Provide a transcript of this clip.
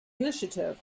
initiative